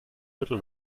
viertel